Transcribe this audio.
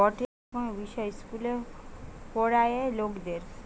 গটে রকমের বিষয় ইস্কুলে পোড়ায়ে লকদের